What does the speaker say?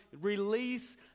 release